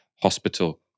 hospital